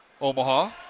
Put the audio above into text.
Omaha